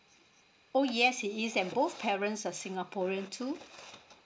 oh yes he is and both parents are singaporeans too